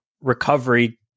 recovery